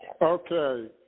Okay